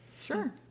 Sure